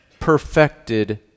perfected